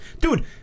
dude